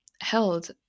held